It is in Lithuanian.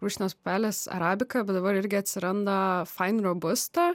rūšinės pupelės arabika bet dabar irgi atsiranda fain robusta